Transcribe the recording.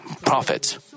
profits